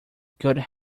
good